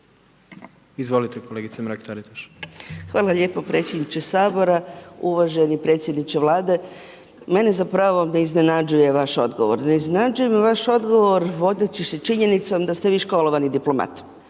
Anka (GLAS)** Hvala lijepo predsjedniče Sabora. Uvaženi predsjedniče Vlade, mene zapravo ovdje ne iznenađuje vaš odgovor. Ne iznenađuje me vaš odgovor vodeći se činjenicom da ste vi školovani diplomat,